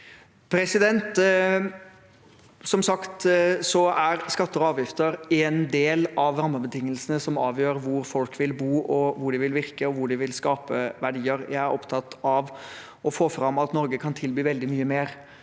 Som sagt: Skatter og avgifter er en del av rammebetingelsene som avgjør hvor folk vil bo, hvor de vil virke, og hvor de vil skape verdier. Jeg er opptatt av å få fram at Norge kan tilby veldig mye mer,